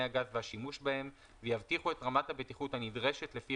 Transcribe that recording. הגז והשימוש בהם ויבטיחו את רמת הבטיחות הנדרשת לפי